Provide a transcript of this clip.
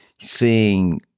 seeing